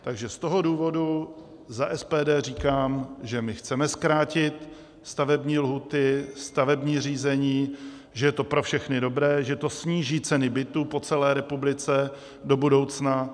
Takže z toho důvodu za SPD říkám, že my chceme zkrátit stavební lhůty, stavební řízení, že je to pro všechny dobré, že to sníží ceny bytů po celé republice do budoucna.